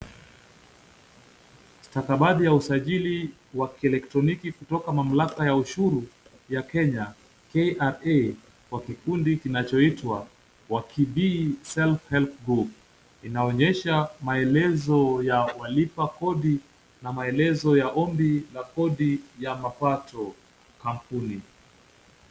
Stakabadhi ya usajili wa kieletroniki kutoka mamlaka ya ushuru ya Kenya, KRA kwa kikundi kinachoitwa Wakimbii Self Help Group, inaonyesha maelezo ya walipa kodi na maelezo ya ombi la kodi ya mapato, kampuni.